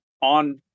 on